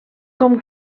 com